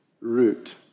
root